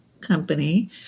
company